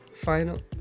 final